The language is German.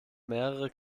mehrere